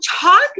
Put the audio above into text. talk